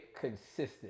consistent